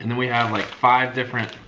and we have like, five different,